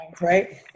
Right